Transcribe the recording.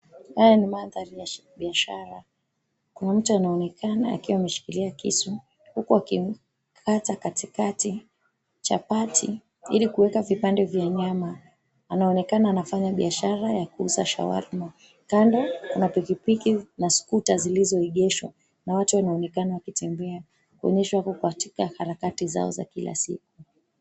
Haya ni mandhari ya biashara. Kuna mtu anaonekana akiwa ameshikilia kisu, huku akikata katikati chapati ili kuweka vipande vya nyama. Anaonekana anafanya biashara ya kuuza shawarma. Kando kuna pikipiki na scooter zilizoegeshwa na watu wanaonekana wakitembea, kuonyesha wako katika harakati zao za kila siku.